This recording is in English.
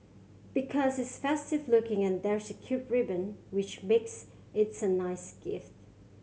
because it's festive looking and there's a cute ribbon which makes it's a nice gift